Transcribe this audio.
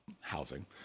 housing